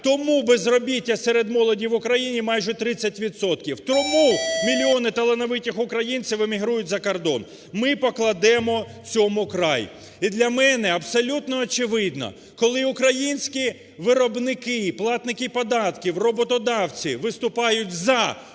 Тому безробіття серед молоді в Україні майже 30 відсотків. Тому мільйони талановитих українців емігрують за кордон. Ми покладемо цьому край. І для мене абсолютно очевидно, коли українські виробники, платники податків, роботодавці, виступають за "Купуй